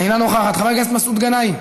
אינה נוכחת, חבר הכנסת מסעוד גנאים,